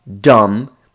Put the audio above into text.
dumb